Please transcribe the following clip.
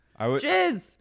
Jizz